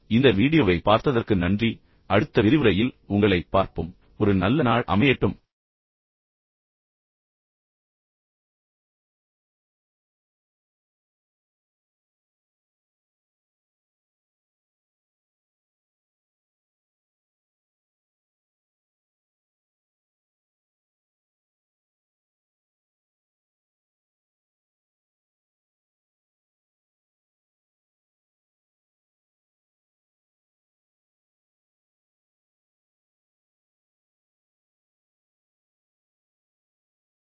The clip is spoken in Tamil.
இந்த வீடியோவைப் பார்த்ததற்கு நன்றி அடுத்த விரிவுரையில் உங்களைப் பார்ப்போம் ஒரு நல்ல நாள் அமையட்டும்